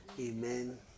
amen